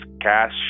cash